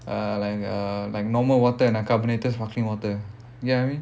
uh like uh like normal water and a carbonated sparkling water you get what I mean